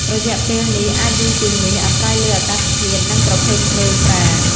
រយៈពេលនេះអាចយូរជាងនេះ អាស្រ័យលើអាកាសធាតុ និងប្រភេទមេស្រា។